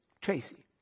Tracy